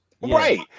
Right